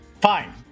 fine